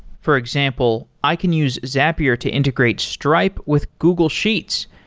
for example, i can use zapier to integrate stripe with google sheets,